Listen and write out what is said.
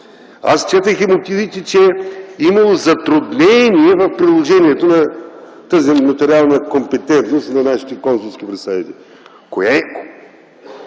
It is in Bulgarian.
Аз четох и мотивите, че имало затруднение в приложението на тази нотариална компетентност на нашите консулски представители. Кое е